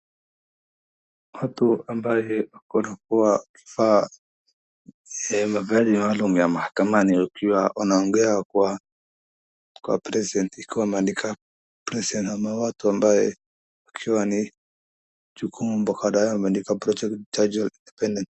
Watu ambaye ako anakuwa vaa, mavazi maalum ya mahakamani, wakiwa wanaongea kwa, kwa present ikiwa ameandika present ama watu ambaye wakiwa ni jukumu kandoyao imeandika project , jaji.